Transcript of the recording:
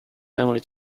family